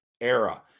era